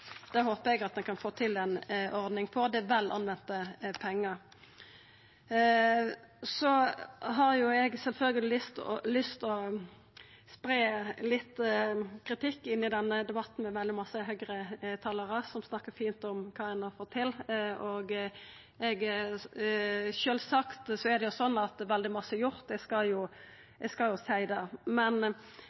Det håpar eg at vi kan få til ei ordning på. Det er vel anvende pengar. Så har eg sjølvsagt lyst til å spreia litt kritikk inn i denne debatten der veldig mange Høgre-talarar snakkar fint om kva ein har fått til. Sjølvsagt er det sånn at veldig mykje er gjort, eg skal seia det. Vi snakkar veldig mykje om beredskapen i samfunnet for alt frå smittevernutstyr til intensivplassar, men